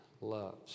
loves